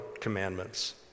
commandments